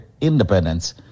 independence